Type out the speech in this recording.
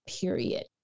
period